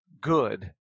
good